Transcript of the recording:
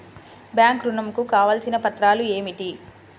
Bank ఋణం కు కావలసిన పత్రాలు ఏమిటి?